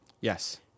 Yes